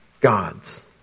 gods